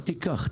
אל תיקח.